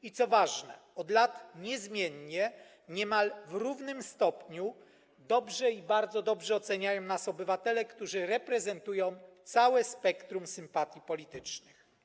I, co ważne, od lat niezmiennie, niemal w równym stopniu, dobrze i bardzo dobrze oceniają nas obywatele, którzy reprezentują całe spektrum sympatii politycznych.